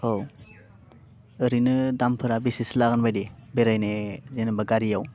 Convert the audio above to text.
औ ओरैनो दामफोरा बेसेसो लागोन बायदि बेरायनो जेनेबा गारियाव